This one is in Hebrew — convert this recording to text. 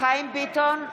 חיים ביטון,